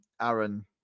Aaron